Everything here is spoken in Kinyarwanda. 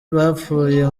bapfuye